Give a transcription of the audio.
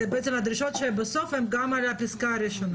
זה בעצם הדרישות שבסוף הן גם על הפסקה הראשונה.